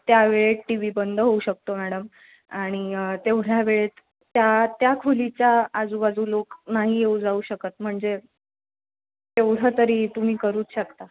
त्यावेळेत TV बंद होऊ शकतो मॅडम आणि तेवढ्या वेळेत त्या त्या खोलीच्या आजूबाजू लोक नाही येऊ जाऊ शकतं म्हणजे तेवढं तरी तुम्ही करूच शकता